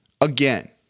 Again